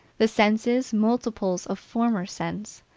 the senses, multiples of former sense,